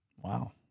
Wow